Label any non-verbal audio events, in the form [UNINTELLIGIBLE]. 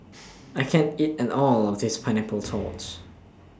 I can't eat and All of This Pineapple [UNINTELLIGIBLE] [NOISE]